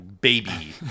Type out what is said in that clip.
baby